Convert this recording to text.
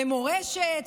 למורשת,